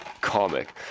comic